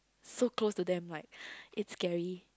so close to them like is scary